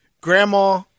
Grandma